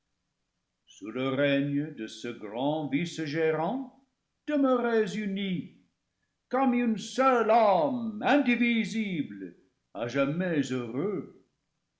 sous le règne de ce grand vice gérant de meurez unis comme une seule âme indivisible à jamais heureux